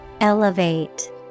Elevate